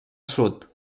sud